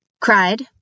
cried